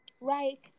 Right